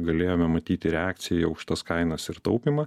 galėjome matyti reakciją į aukštas kainas ir taupymą